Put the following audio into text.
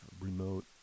remote